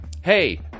hey